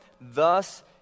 thus